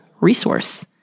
resource